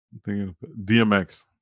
DMX